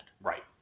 right